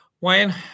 Wayne